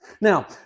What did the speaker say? Now